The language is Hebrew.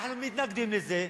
אנחנו מתנגדים לזה.